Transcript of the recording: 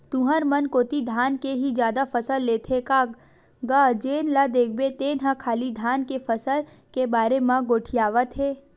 तुंहर मन कोती धान के ही जादा फसल लेथे का गा जेन ल देखबे तेन ह खाली धान के फसल के बारे म गोठियावत हे?